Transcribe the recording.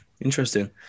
Interesting